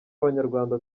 abanyarwanda